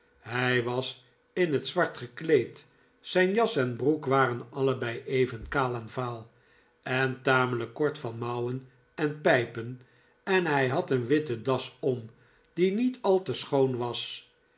hij was in het zwart gekleed zijn jas en broek waren allebei even kaal en vaal en tamelijk kort van mouwen en pijpen en hij had een witte das om die niet al te schoon was